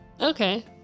Okay